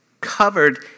covered